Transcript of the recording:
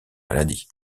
maladie